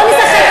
לא,